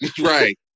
right